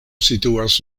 situas